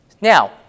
Now